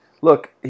look